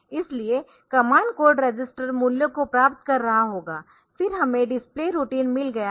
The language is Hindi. इसलिए कमांड कोड रजिस्टर मूल्यों को प्राप्त कर रहा होगा फिर हमें डिस्प्ले रूटीन मिल गया है